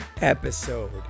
episode